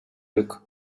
looked